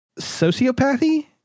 sociopathy